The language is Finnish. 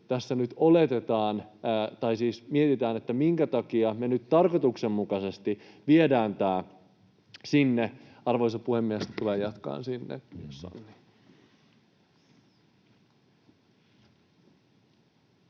tässä nyt mietitään, minkä takia me nyt tarkoituksenmukaisesti viedään tämä sinne. — Arvoisa puhemies, tulen jatkamaan sinne, jos